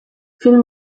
film